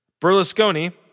Berlusconi